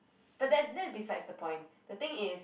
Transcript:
but that that's beside the point the thing is